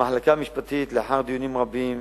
המחלקה המשפטית, לאחר דיונים רבים,